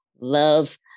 love